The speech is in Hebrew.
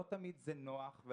לא תמיד זה נוח,